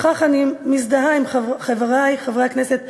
בכך אני מזדהה עם חברי חברי הכנסת החרדים,